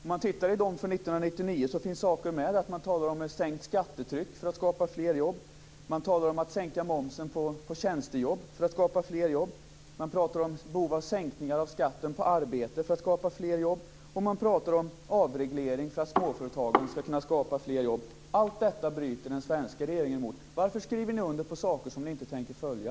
När man tittar i dem från 1999 finner man sådant som att man talar om ett sänkt skattetryck för att skapa fler jobb. Man talar om att sänka momsen på tjänstejobb för att skapa fler jobb. Man pratar om behov av sänkningar av skatten på arbete för att skapa fler jobb, och man pratar om avreglering för att småföretagen skall kunna skapa fler jobb. Allt detta bryter den svenska regeringen emot. Varför skriver ni under på saker som ni inte tänker följa?